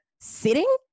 sitting